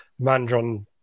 Mandron